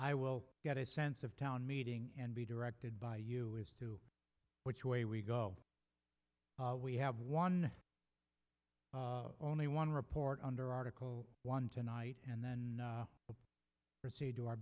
i will get a sense of town meeting and be directed by you is to which way we go we have one only one report under article one tonight and then proceed to our